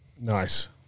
Nice